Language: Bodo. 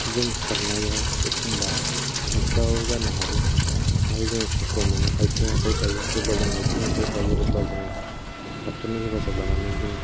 जों खारनायाव एखनबा नुस्लाबाबो जानो हागौ माने जों खस्थ' मोनो आथिं आखाइ बायो जेब्ला जों आथिं आखाइ बायो अब्ला जोङो डक्टरनि हेफाजाब लानानै जोङो